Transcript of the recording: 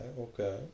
okay